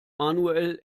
manuel